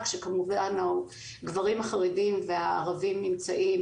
כשכמובן הגברים החרדים והערבים נמצאים